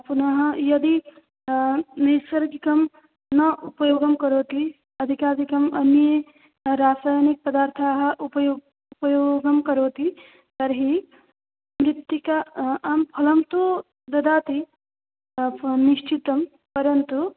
पुनः यदि नैसर्गिकं न उपयोगं करोति अधिकाधिकम् अन्ये रासायनिकपदार्थाः उपयोक् उपयोगं करोति तर्हि मृत्तिका आं फलं तु ददाति निश्चितं परन्तु